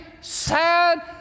sad